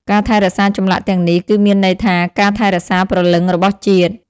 ការថែរក្សាចម្លាក់ទាំងនេះគឺមានន័យថាការថែរក្សាព្រលឹងរបស់ជាតិ។